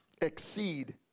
exceed